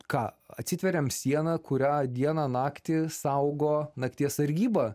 ką atsitveriam siena kurią dieną naktį saugo nakties sargyba